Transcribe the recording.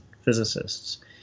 physicists